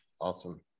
Awesome